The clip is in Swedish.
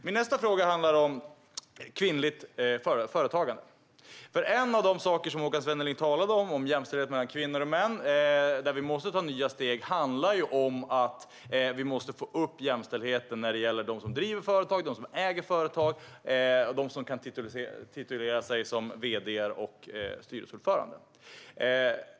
Min nästa fråga handlar om kvinnligt företagande. En av de saker Håkan Svenneling talade om, jämställdhet mellan kvinnor och män, och där vi måste ta nya steg handlar om att vi måste få upp jämställdheten när det gäller dem som driver företag, dem som äger företag och dem som kan tituleras vd:ar och styrelseordförande.